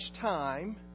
time